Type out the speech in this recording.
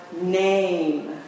name